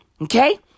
Okay